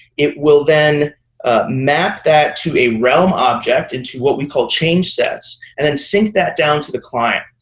it will then map that to a realm object, into what we call change sets, and then sync that down to the client.